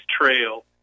trail